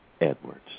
Edwards